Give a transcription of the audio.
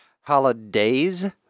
Holidays